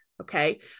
okay